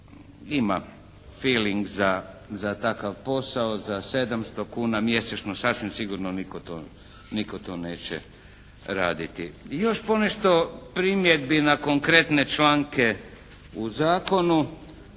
ima feeling za takav posao, za 700 kuna mjesečno sasvim sigurno nitko to neće raditi. I još ponešto primjedbi na konkretne članke u zakonu.